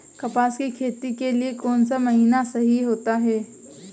कपास की खेती के लिए कौन सा महीना सही होता है?